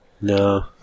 No